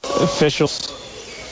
officials